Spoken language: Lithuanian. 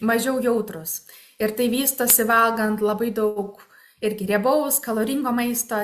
mažiau jautrūs ir tai vystosi valgant labai daug irgi riebaus kaloringo maisto